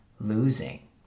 losing